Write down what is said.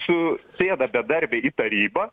su sėda bedarbiai į tarybą